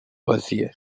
بازیه